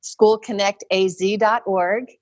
schoolconnectaz.org